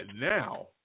now